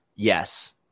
Yes